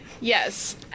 yes